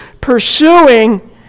Pursuing